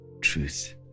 truth